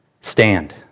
stand